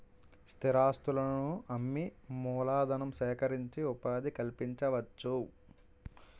స్థిరాస్తులను అమ్మి మూలధనం సేకరించి ఉపాధి కల్పించవచ్చు